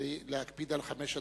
להקפיד על חמש הדקות.